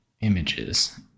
images